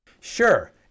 Sure